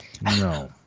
No